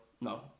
No